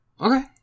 okay